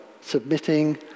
submitting